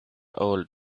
old